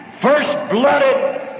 first-blooded